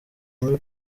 muri